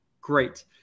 great